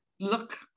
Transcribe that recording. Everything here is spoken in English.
look